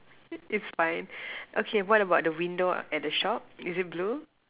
it is fine okay what about the window at the shop is it blue